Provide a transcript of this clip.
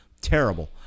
Terrible